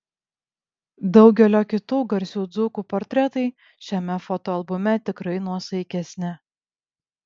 daugelio kitų garsių dzūkų portretai šiame fotoalbume tikrai nuosaikesni